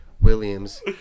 Williams